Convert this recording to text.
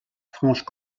franche